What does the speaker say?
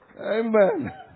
Amen